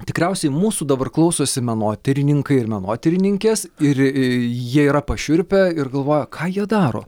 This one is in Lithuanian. tikriausiai mūsų dabar klausosi menotyrininkai ir menotyrininkės ir jie yra pašiurpę ir galvoja ką jie daro